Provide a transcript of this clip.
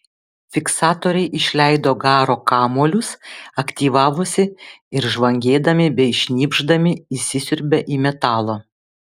fiksatoriai išleido garo kamuolius aktyvavosi ir žvangėdami bei šnypšdami įsisiurbė į metalą